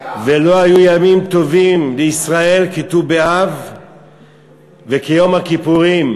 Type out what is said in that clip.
ולא היו ימים טובים לישראל כט"ו באב וכיום הכיפורים,